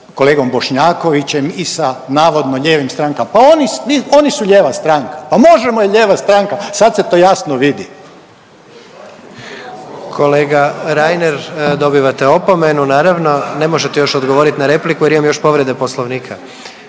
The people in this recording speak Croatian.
kolegom Bošnjakovićem i sa navodno lijevim strankama. Pa oni, oni su lijeva stranka, pa Možemo! je lijeva stranka, sad se to javno vidi. **Jandroković, Gordan (HDZ)** Kolega Reiner, dobivate opomenu, naravno. Ne možete još odgovoriti na repliku jer imamo još povrede Poslovnika.